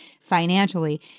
financially